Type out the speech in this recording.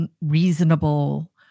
reasonable